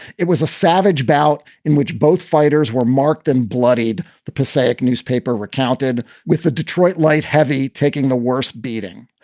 it was a savage bout in which both fighters were marked and bloodied. the passaic newspaper recounted with the detroit light heavy taking the worst beating.